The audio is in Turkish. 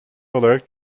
olarak